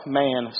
man